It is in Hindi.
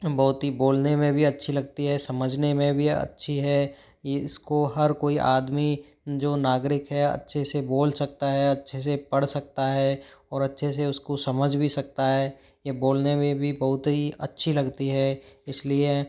बहुत ही बोलने में भी अच्छी लगती है समझने में भी अच्छी है इसको हर कोई आदमी जो नागरिक है अच्छे से बोल सकता है अच्छे से पढ़ सकता है और अच्छे से उसको समझ भी सकता है ये बोलने में भी बहुत ही अच्छी लगती है इसलिए